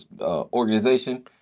organization